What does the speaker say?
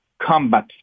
combat